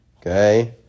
okay